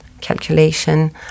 calculation